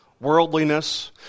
worldliness